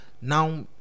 Now